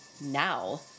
now